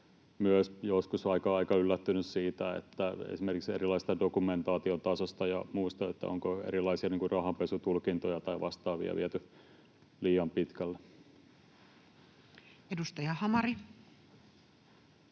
kyllä joskus aika yllättynyt esimerkiksi erilaisesta dokumentaatiotasosta ja muusta, onko erilaisia rahanpesutulkintoja tai vastaavia viety liian pitkälle. [Speech 239]